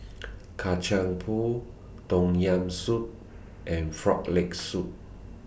Kacang Pool Tom Yam Soup and Frog Leg Soup